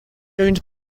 owned